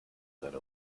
seine